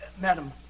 Madam